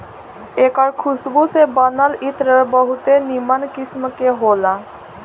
एकर खुशबू से बनल इत्र बहुते निमन किस्म के होला